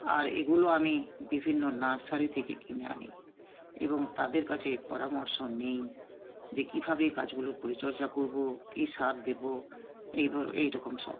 আর এগুলো আমি বিভিন্ন নার্সারি থেকে কিনে আনি এবং তাদের কাছে পরামর্শ নিই যে কীভাবে এই গাছগুলোর পরিচর্যা করবো কী সার দেবো এই ধরো এইরকম সব